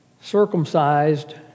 circumcised